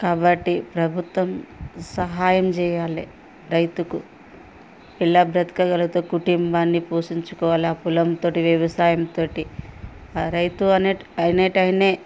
కాబట్టి ప్రభుత్వం సహాయం చెయ్యాలి రైతుకు ఎలా బ్రతకగలుగుతాడు కుటుంబాన్ని పోషించుకోవాలి ఆ పొలం తోటి వ్యవసాయం తోటి ఆ రైతు అనేటి ఆయనే